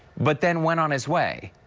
but then went on his way.